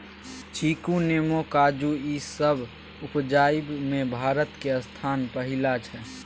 चीकू, नेमो, काजू ई सब उपजाबइ में भारत के स्थान पहिला छइ